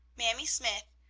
mamie smythe,